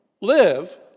live